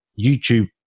YouTube